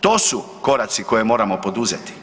To su koraci koje moramo poduzeti.